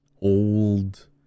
old